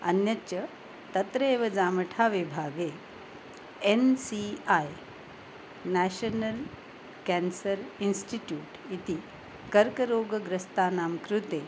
अन्यच्च तत्रेव जामठा विभागे N C I National Cancer Institute इति कर्करोग्रस्तानां कृते